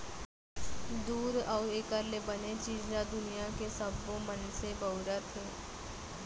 दूद अउ एकर ले बने चीज ल दुनियां के सबो मनसे बउरत हें